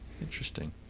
Interesting